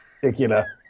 particular